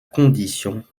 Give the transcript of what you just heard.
condition